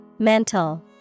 Mental